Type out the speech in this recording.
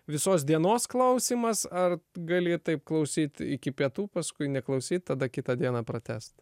visos dienos klausimas ar gali taip klausyt iki pietų paskui neklausyt tada kitą dieną pratęst